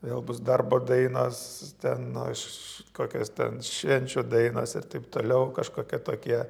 vėl bus darbo dainos ten nu aš kokios ten švenčių dainos ir taip toliau kažkokie tokie